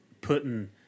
putting